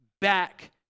back